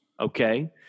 Okay